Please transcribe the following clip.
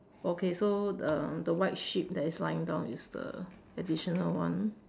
okay so the the white sheep that is lying down is the additional one